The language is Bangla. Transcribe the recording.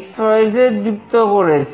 X Y Z যুক্ত করেছি